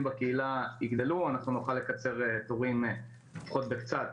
בקהילה יגדלו אנחנו נוכל לקצר תורים לפחות בקצת,